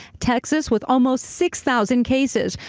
texas with almost six thousand cases.